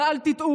אבל אל תטעו,